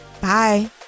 bye